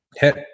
hit